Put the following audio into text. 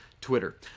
Twitter